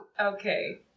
Okay